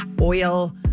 oil